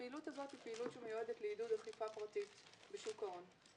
הפעילות הזאת היא פעילות שמיועדת לעידוד אכיפה פרטית בשוק ההון.